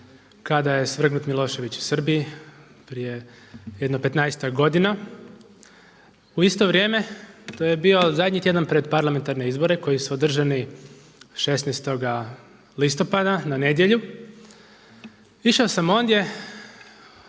kada je svrgnut Milošević u Srbiji prije jedno petnaestak godina. U isto vrijeme to je bio zadnji tjedan pred parlamentarne izbore koji su održani 16. listopada na nedjelju. Išao sam ondje